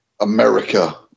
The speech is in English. America